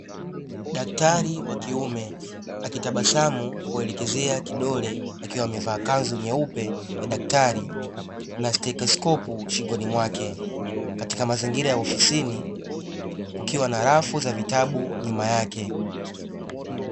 Daktari wa kiume, akitabasamu kuelekezea kidole, akiwa amevaa kanzu nyeupe ya daktari na steki skopu shingoni mwake, katika mazingira ya ofisini kukiwa na rafu za vitabu nyuma yake.